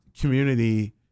community